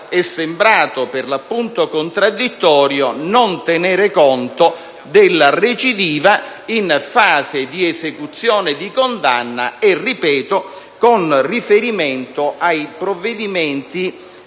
è sembrato per l'appunto contraddittorio non tenere conto della recidiva in fase di esecuzione di condanna e, ripeto, con riferimento ai benefici